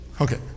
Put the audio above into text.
Okay